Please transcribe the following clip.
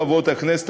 חברות הכנסת,